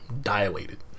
dilated